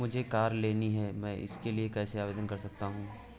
मुझे कार लेनी है मैं इसके लिए कैसे आवेदन कर सकता हूँ?